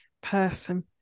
person